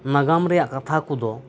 ᱱᱟᱜᱟᱢ ᱨᱮᱭᱟᱜ ᱠᱟᱛᱷᱟ ᱠᱚᱫᱚ